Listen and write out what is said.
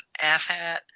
asshat